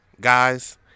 Guys